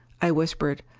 i whispered,